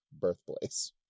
birthplace